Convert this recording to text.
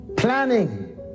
Planning